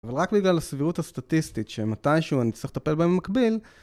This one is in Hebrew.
אבל רק בגלל הסבירות הסטטיסטית שמתן שהוא נצטרך לטפל בהם במקביל